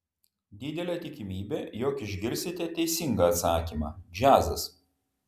didelė tikimybė jog išgirsite teisingą atsakymą džiazas